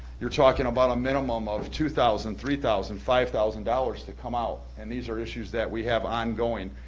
you're talking about a minimum of two thousand dollars, three thousand, five thousand dollars to come out. and these are issues that we have ongoing.